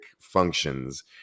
functions